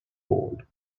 board